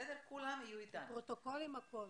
עם פרוטוקול והכול.